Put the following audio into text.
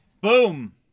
Boom